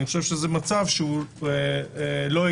אני חושב שזה מצב לא הגיוני.